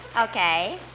Okay